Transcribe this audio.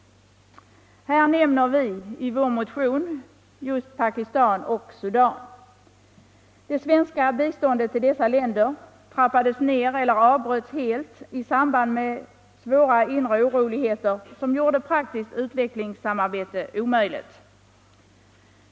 Vi nämner i vår motion just Pakistan och Sudan. Det svenska biståndet till dessa länder trappades ner eller avbröts helt i samband med svåra inre oroligheter, som gjorde praktiskt utvecklingssamarbete omöjligt.